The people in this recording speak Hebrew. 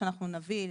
כשאנחנו נביא,